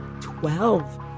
Twelve